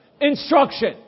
Instruction